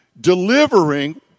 delivering